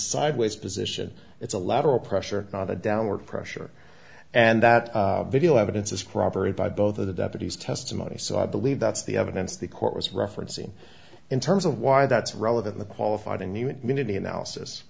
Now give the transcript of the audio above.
sideways position it's a lateral pressure not a downward pressure and that video evidence is corroborated by both of the deputy's testimony so i believe that's the evidence the court was referencing in terms of why that's relevant the qualified immunity analysis